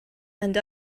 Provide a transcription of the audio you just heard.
end